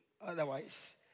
Otherwise